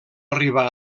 arribar